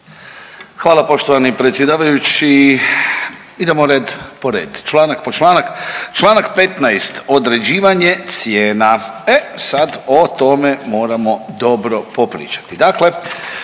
Hvala poštovani predsjedavajući. Idemo red po red, članak po članak. Člana15. određivanje cijena. E sad o tome moramo dobro popričati.